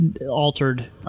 altered